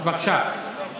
בבקשה.